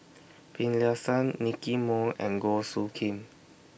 Finlayson Nicky Moey and Goh Soo Khim